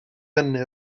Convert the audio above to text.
hynny